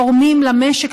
תורמים למשק,